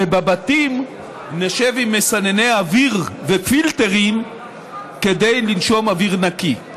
ובבתים נשב עם מסנני אוויר ופילטרים כדי לנשום אוויר נקי.